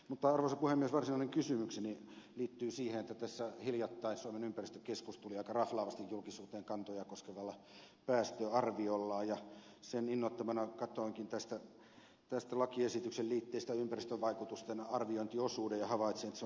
mutta arvoisa puhemies varsinainen kysymykseni liittyy siihen että tässä hiljattain suomen ympäristökeskus tuli aika raflaavasti julkisuuteen kantoja koskevalla päästöarviollaan ja sen innoittamana katsoinkin tästä lakiesityksen liitteestä ympäristövaikutusten arviointiosuuden ja havaitsin että se on aika ohut